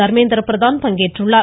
தர்மேந்திர பிரதான் பங்கேற்கிறார்